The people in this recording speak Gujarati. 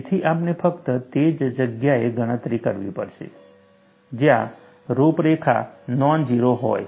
તેથી આપણે ફક્ત તે જ જગ્યાએ ગણતરી કરવી પડશે જ્યાં રૂપરેખા નોન જીરો હોય